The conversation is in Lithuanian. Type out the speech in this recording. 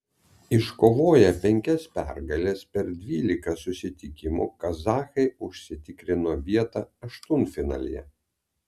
iškovoję penkias pergales per dvylika susitikimų kazachai užsitikrino vietą aštuntfinalyje